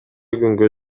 күнгө